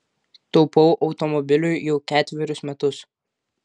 taupau automobiliui jau ketverius metus